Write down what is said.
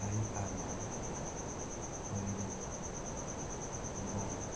ଗାଈ ଫାର୍ମ କରିବି ଏବଂ